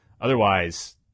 Otherwise